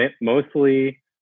mostly